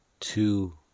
Two